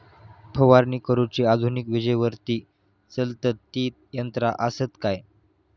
फवारणी करुची आधुनिक विजेवरती चलतत ती यंत्रा आसत काय?